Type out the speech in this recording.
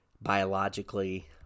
biologically